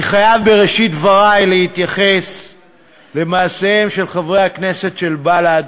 אני חייב בראשית דברי להתייחס למעשיהם של חברי הכנסת של בל"ד.